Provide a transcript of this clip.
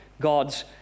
God's